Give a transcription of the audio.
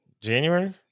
January